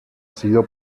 sido